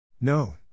No